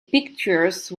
pictures